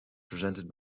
presented